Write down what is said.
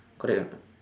correct or not